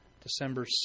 December